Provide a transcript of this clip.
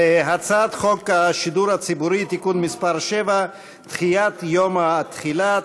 הצעת חוק השידור הציבורי (תיקון מס' 7) (דחיית יום התחילה),